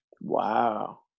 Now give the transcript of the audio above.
Wow